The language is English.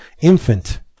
infant